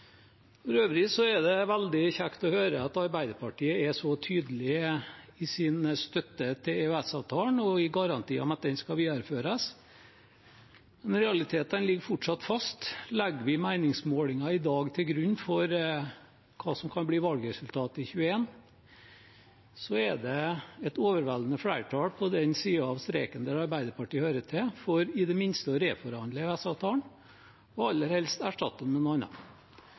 For øvrig er det veldig kjekt å høre at Arbeiderpartiet er så tydelige i sin støtte til EØS-avtalen og gir garanti for at den skal videreføres. Men realitetene ligger fortsatt fast: Legger vi dagens meningsmåling til grunn for hva som kan bli valgresultatet i 2021, er det et overveldende flertall på den siden av streken der Arbeiderpartiet hører til, for i det minste å reforhandle EØS-avtalen og aller helst erstatte den med noe